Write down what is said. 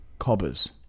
cobbers